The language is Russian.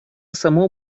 само